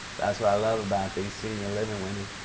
that's what i love about these senior livin' women.